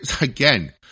again